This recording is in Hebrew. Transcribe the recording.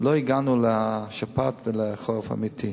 לא הגענו לשפעת ולחורף אמיתי.